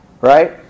Right